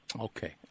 okay